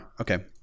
Okay